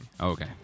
Okay